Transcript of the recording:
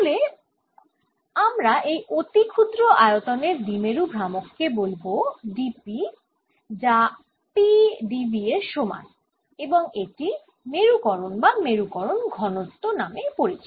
তাহলে আমরা এই অতি ক্ষুদ্র আয়তনের দ্বিমেরু ভ্রামক কে বলব dP যা Pdv এর সমান এবং এটি মেরুকরন বা মেরুকরন ঘনত্বনামে পরিচিত